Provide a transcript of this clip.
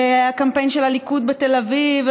והקמפיין של הליכוד בתל אביב,